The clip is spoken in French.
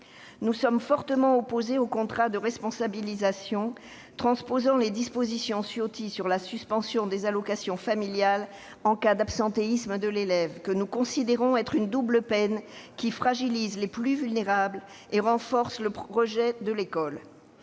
Nous sommes fortement opposés au contrat de responsabilisation transposant les dispositions Ciotti sur la suspension des allocations familiales en cas d'absentéisme de l'élève, car nous considérons que c'est une double peine qui fragilise les plus vulnérables et renforce le rejet de l'école.